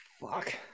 fuck